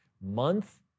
month